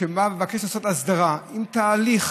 שמבקש לעשות הסדרה בתהליך